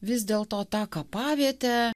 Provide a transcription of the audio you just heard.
vis dėlto tą kapavietę